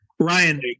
Ryan